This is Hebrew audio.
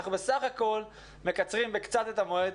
אנחנו בסך הכול מקצרים בקצת את המועד,